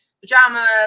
pajama